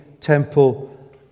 temple